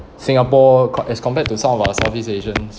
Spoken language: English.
singapore quite as compared to some of our southeast asians